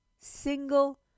single